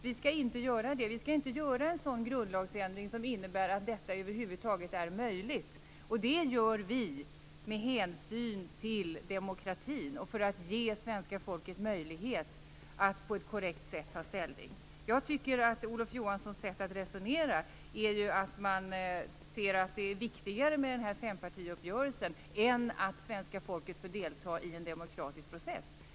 Man skall inte genomföra en grundlagsändring som gör att detta över huvud taget blir möjligt. Det gör vi med hänsyn till demokratin och för att ge svenska folket möjlighet att på ett korrekt sätt ta ställning. Jag tycker att Olof Johanssons sätt att resonera går ut på att det är viktigare med fempartiuppgörelsen än att svenska folket får delta i en demokratisk process.